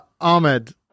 Ahmed